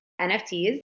NFTs